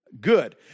Good